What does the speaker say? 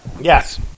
Yes